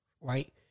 right